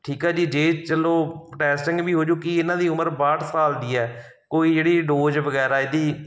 ਠੀਕ ਆ ਜੀ ਜੇ ਚਲੋ ਟੈਸਟਿੰਗ ਵੀ ਹੋਜੂ ਕਿ ਇਹਨਾਂ ਦੀ ਉਮਰ ਬਾਹਠ ਸਾਲ ਦੀ ਹੈ ਕੋਈ ਜਿਹੜੀ ਡੋਜ਼ ਵਗੈਰਾ ਇਹਦੀ